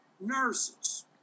nurses